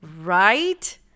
Right